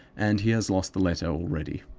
and he has lost the letter already.